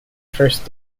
first